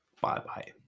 Bye-bye